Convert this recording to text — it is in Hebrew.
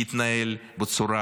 להתנהל בצורה